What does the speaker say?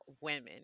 women